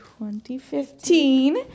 2015